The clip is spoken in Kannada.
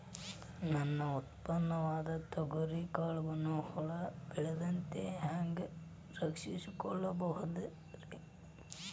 ನನ್ನ ಉತ್ಪನ್ನವಾದ ತೊಗರಿಯ ಕಾಳುಗಳನ್ನ ಹುಳ ಬೇಳದಂತೆ ಹ್ಯಾಂಗ ರಕ್ಷಿಸಿಕೊಳ್ಳಬಹುದರೇ?